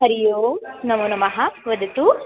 हरिः ओं नमोनमः वदतु